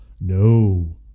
No